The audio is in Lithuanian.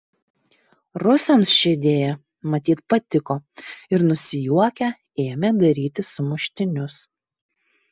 rusams ši idėja matyt patiko ir nusijuokę ėmė daryti sumuštinius